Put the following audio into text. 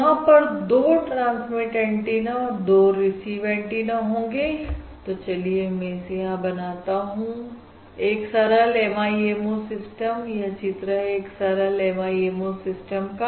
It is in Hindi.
यहां पर दो ट्रांसमिट एंटीना और दो रिसीव एंटीना होंगे तो चलिए मैं इसे यहां बनाता हूं एक सरलMIMO सिस्टम यह चित्र है एक सरल MIMO सिस्टम का